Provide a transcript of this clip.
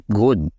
good